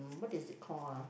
what is it called ah